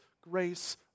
grace